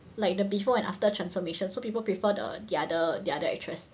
like the before and after transformation so people prefer the the other the other actress